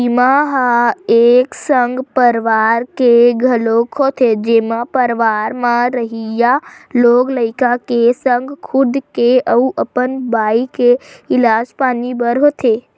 बीमा ह एक संग परवार के घलोक होथे जेमा परवार म रहइया लोग लइका के संग खुद के अउ अपन बाई के इलाज पानी बर होथे